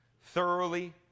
thoroughly